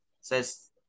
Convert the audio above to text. Says